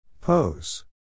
Pose